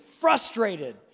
frustrated